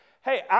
hey